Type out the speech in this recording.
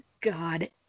God